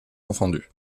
confondus